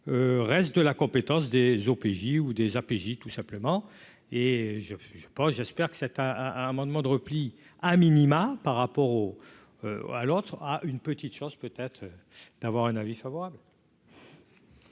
restent de la compétence des OPJ ou des API tout simplement et je sais pas, j'espère que c'est un un amendement de repli a minima par rapport au à l'autre, a une petite chance peut-être d'avoir un avis favorable.